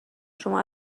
شما